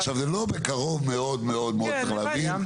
עכשיו, זה לא בקרוב מאוד מאוד מאוד, צריך להבין.